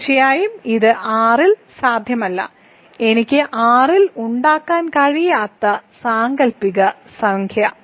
തീർച്ചയായും ഇത് R ൽ സാധ്യമല്ല എനിക്ക് R ൽ ഉണ്ടാകാൻ കഴിയാത്ത സാങ്കൽപ്പിക സംഖ്യ